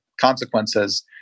consequences